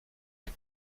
des